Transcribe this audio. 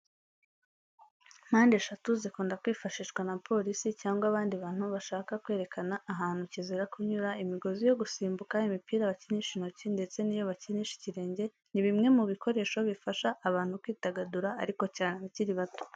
Mpande eshatu zikunda kwifashishwa na polisi cyangwa abandi bantu bashaka kwerekana ahantu kizira kunyura, imigozi yo gusimbuka, imipira bakinisha intoki ndetse n'iyo bakinisha ikirenge ni bimwe mu bikoresho bifasha abantu kwidagadura ariko cyane abakiri bato.